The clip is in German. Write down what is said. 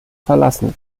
verlassen